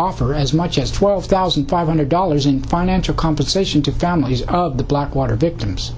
offer as much as twelve thousand five hundred dollars in financial compensation to families of the blackwater victims